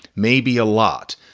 maybe a lot.